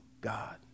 God